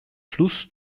fluss